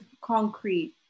concrete